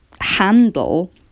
handle